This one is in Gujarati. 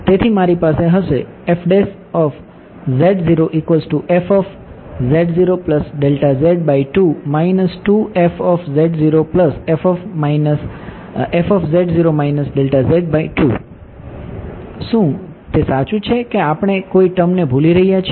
તેથી મારી પાસે હશે શું તે સાચું છે કે આપણે કોઈ ટર્મને ભૂલી રહ્યા છીએ